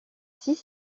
six